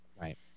Right